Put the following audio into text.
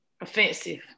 offensive